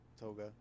Toga